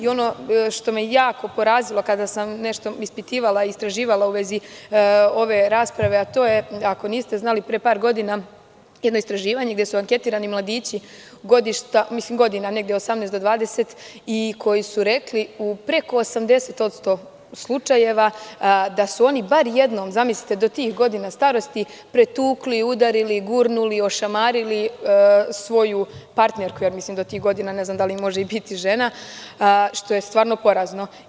Ono što me jako porazilo, kada sam nešto ispitivala, istraživala u vezi ove rasprave, a to je, ako niste znali, pre par godina jedno istraživanje gde su anketirani mladići godina 18 do 20 i koji su rekli, u preko 80% slučajeva, da su oni bar jednom, zamislite do tih godina starosti, pretukli, udarili, gurnuli, ošamarili svoju partnerku, ne znam da li tih godina i može biti žena, što je stvarno porazno.